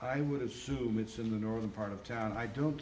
i would assume it's in the northern part of town i do